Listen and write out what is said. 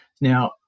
Now